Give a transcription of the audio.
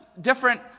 Different